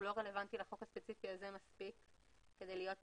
הוא לא מספיק רלוונטי לחוק הספציפי הזה כדי להיות כאן.